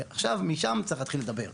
משם צריך להתחיל לדבר.